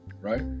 right